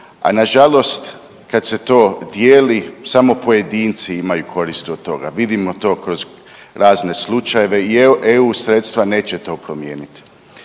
a nažalost kad se to dijeli samo pojedinci imaju korist od toga. Vidimo to kroz razne slučajeve i eu sredstva neće to promijeniti.